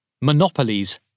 Monopolies